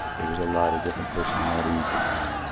there was a lot of different personalities and